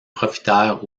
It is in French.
profitèrent